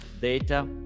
data